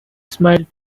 smiled